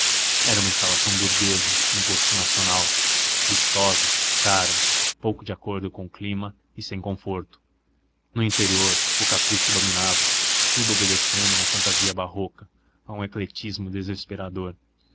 era uma instalação burguesa no gosto nacional vistosa cara pouco de acordo com o clima e sem conforto no interior o capricho dominava tudo obedecendo a uma fantasia barroca a um ecletismo desesperador